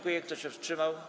Kto się wstrzymał?